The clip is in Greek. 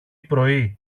πρωί